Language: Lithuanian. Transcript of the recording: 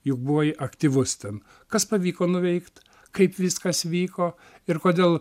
juk buvai aktyvus ten kas pavyko nuveikt kaip viskas vyko ir kodėl